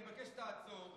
אני מבקש שתעצור.